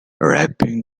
wrapping